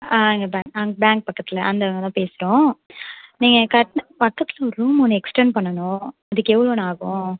ஆ அங்கே தான் ஆ அங்கே பேங்க் பக்கத்தில் அந்த அவங்க தான் பேசுகிறோம் நீங்கள் கட்டின பக்கத்தில் ஒரு ரூம் ஒன்று எக்ஸ்டண்ட் பண்ணனும் அதுக்கு எவ்வளோண்ணா ஆகும்